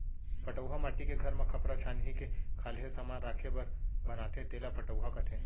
पटउहॉं माटी के घर म खपरा छानही के खाल्हे समान राखे बर बनाथे तेला पटउहॉं कथें